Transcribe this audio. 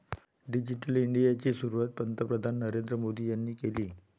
digital इंडियाची सुरुवात पंतप्रधान नरेंद्र मोदी यांनी केली